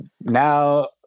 now